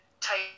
type